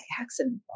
accident